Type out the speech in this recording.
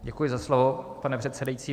Děkuji za slovo, pane předsedající.